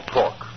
talk